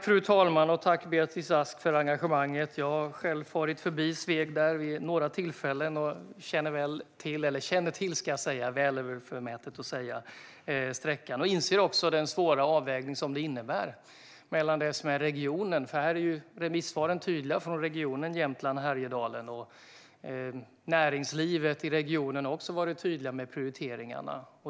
Fru talman! Jag tackar Beatrice Ask för engagemanget. Jag har själv farit förbi Sveg vid några tillfällen och känner till sträckan - känner väl till vore förmätet att säga. Jag inser också den svåra avvägning som detta innebär. Remissvaren från Region Jämtland Härjedalen är tydliga. Näringslivet i regionen har också varit tydligt med prioriteringarna.